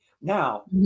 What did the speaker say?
Now